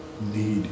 need